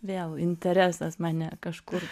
vėl interesas mane kažkur